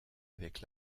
avec